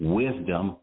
wisdom